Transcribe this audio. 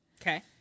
Okay